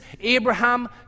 Abraham